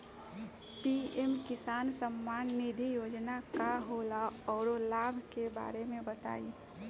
PM किसान सम्मान निधि योजना का होला औरो लाभ के बारे में बताई?